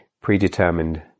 predetermined